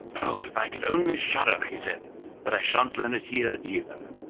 oh! if i could only shudder! he said but i sha'n't learn it here either.